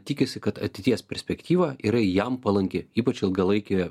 tikisi kad ateities perspektyva yra jam palanki ypač ilgalaikėje